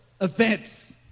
events